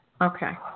Okay